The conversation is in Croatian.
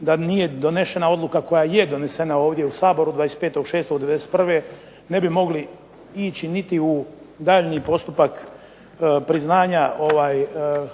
da nije donešena odluka koja je donesena ovdje u Saboru 25. 6. '91. ne bi mogli ići niti u daljnji postupak priznanja